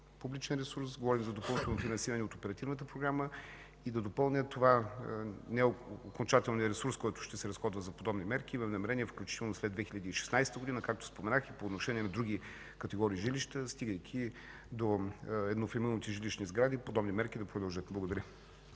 публичния ресурс, говорим за допълнително финансиране от Оперативната програма. И да допълня, това не е окончателният ресурс, който ще се разходва за подобни мерки. Имаме намерение, включително след 2016 г., както споменах, и по отношение на други категории жилища, стигайки до еднофамилните жилищни сгради, подобни мерки да продължат. Благодаря